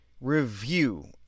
review